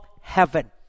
heaven